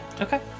Okay